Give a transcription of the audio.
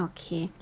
Okay